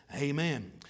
Amen